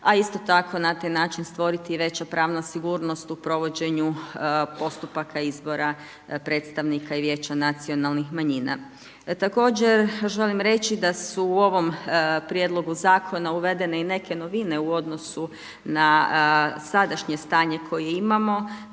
a isto tako na taj način stvoriti i veća pravna sigurnost u provođenju postupaka izbora predstavnika i vijeća nacionalnih manjina. Također želim reći da su u ovom prijedlogu zakona uvedene i neke novine u odnosu na sadašnje stanje koje imamo,